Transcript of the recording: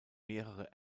mehrere